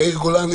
יאיר גולן.